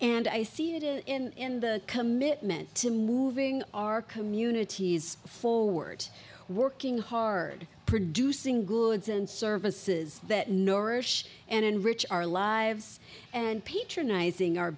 and i see it in the commitment to moving our communities forward working hard producing goods and services that nourish and enrich our lives and patronizing our